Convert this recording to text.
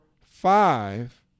five